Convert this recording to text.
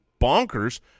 bonkers